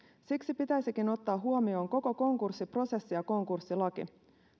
siksi pitäisikin ottaa huomioon koko konkurssiprosessi ja konkurssilaki